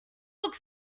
look